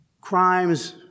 crimes